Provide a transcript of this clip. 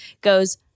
Goes